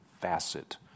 facet